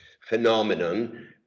phenomenon